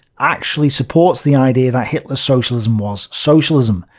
actually supports the idea that hitler's socialism was socialism,